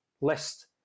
list